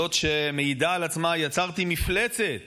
זאת שמעידה על עצמה: יצרתי מפלצת